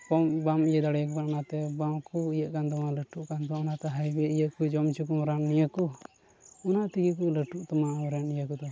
ᱵᱟᱢ ᱤᱭᱟᱹ ᱫᱟᱲᱮᱭᱟᱠᱚ ᱠᱟᱱᱟ ᱚᱱᱟᱛᱮ ᱵᱟᱝ ᱠᱚ ᱤᱭᱟᱹᱜ ᱠᱟᱱ ᱛᱟᱢᱟ ᱞᱟᱹᱴᱩᱜ ᱠᱟᱱ ᱛᱟᱢᱟ ᱚᱱᱟᱛᱮ ᱦᱟᱭᱵᱨᱤᱴ ᱤᱭᱟᱹ ᱠᱚ ᱡᱚᱢ ᱦᱚᱪᱚ ᱠᱚᱢ ᱨᱟᱱ ᱤᱭᱟᱹ ᱠᱚ ᱚᱱᱟ ᱛᱮᱜᱮ ᱠᱚ ᱞᱟᱹᱴᱩᱜ ᱛᱟᱢᱟ ᱟᱢ ᱨᱮᱱ ᱤᱭᱟᱹ ᱠᱚᱫᱚ